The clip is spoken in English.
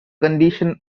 condition